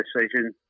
decision